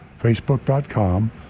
facebook.com